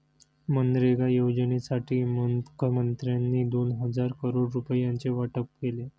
मनरेगा योजनेसाठी मुखमंत्र्यांनी दोन हजार करोड रुपयांचे वाटप केले